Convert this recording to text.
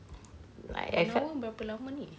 allowance berapa lama ni